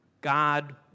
God